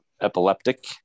epileptic